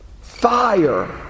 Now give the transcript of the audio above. Fire